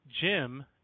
Jim